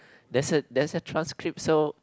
there's a there's a transcript so